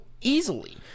easily